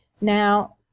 Now